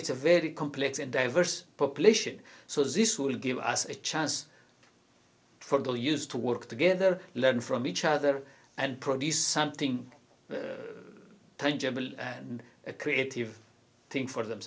it's a very complex and diverse population so this will give us a chance probably used to work together learn from each other and produce something tangible and a creative thing for them